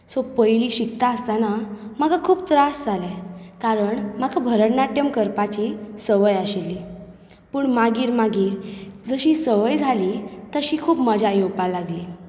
so पयलीं शिकतासतना म्हाका खूब त्रास जाले कारण म्हाका भरतनाट्यम करपाची संवय आशिल्ली पूण मागीर मागीर जशीं संवय जाली तशी खूब मज्जा येवपाक लागली